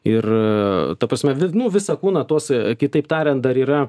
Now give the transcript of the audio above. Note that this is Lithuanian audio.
ir ta prasme vi nu visą kūną tuose kitaip tariant dar yra